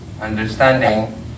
understanding